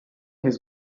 his